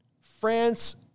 France